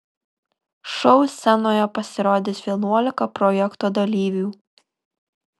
šou scenoje pasirodys vienuolika projekto dalyvių